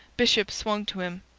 bishop swung to him.